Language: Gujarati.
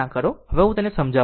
હવે હું તેને સમજાવું